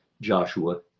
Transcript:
Joshua